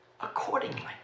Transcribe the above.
accordingly